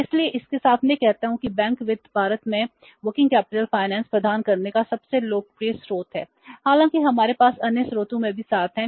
इसलिए इसके साथ मैं कहता हूं कि बैंक वित्त भारत में कार्यशील पूंजी वित्त प्रदान करने का सबसे लोकप्रिय स्रोत है हालांकि हमारे पास अन्य स्रोतों में भी 7 हैं